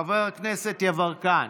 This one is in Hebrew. חבר הכנסת יברקן,